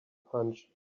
punch